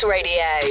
Radio